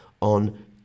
on